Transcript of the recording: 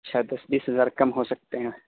اچھا دس بیس ہزار کم ہو سکتے ہیں